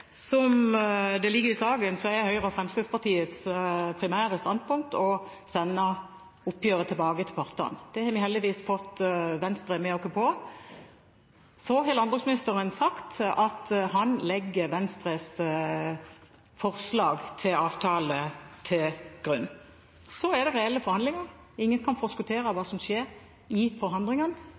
Som det ligger i saken, er Høyre og Fremskrittspartiets primære standpunkt å sende oppgjøret tilbake til partene. Det har vi heldigvis fått Venstre med oss på. Landbruksministeren har sagt at han legger Venstres forslag til avtale til grunn. Så er det reelle forhandlinger, ingen kan forskuttere hva som skjer i forhandlingene.